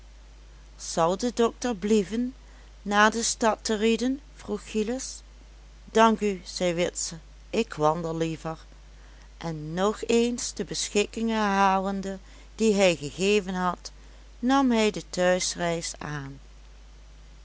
zal de dokter blieven na de stad te riden vroeg gillis dank u zei witse ik wandel liever en nog eens de beschikkingen herhalende die hij gegeven had nam hij de thuisreis aan